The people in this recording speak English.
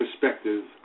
perspective